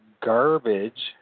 garbage